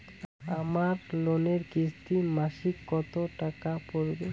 আমার লোনের কিস্তি মাসিক কত টাকা পড়বে?